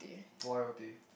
loyalty